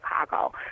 Chicago